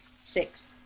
Six